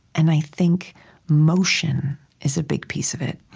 and i think motion is a big piece of it.